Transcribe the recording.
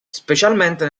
specialmente